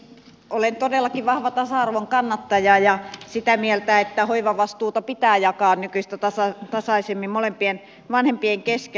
olen todellakin vahva tasa arvon kannattaja ja sitä mieltä että hoivavastuuta pitää jakaa nykyistä tasaisemmin molempien vanhempien kesken